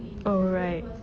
oh right